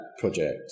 project